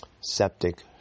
septic